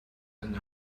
and